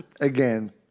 again